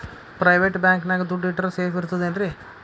Private bank ನ್ಯಾಗ್ ದುಡ್ಡ ಇಟ್ರ ಸೇಫ್ ಇರ್ತದೇನ್ರಿ?